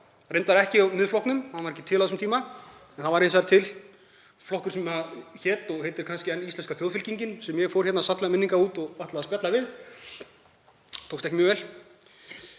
Reyndar ekki hjá Miðflokknum, hann var ekki til á þessum tíma, en það var hins vegar til flokkur sem hét og heitir kannski enn Íslenska þjóðfylkingin sem ég fór hérna, sællar minningar, út og ætlaði að spjalla við um efnisatriði